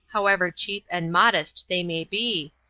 howsoever cheap and modest they may be,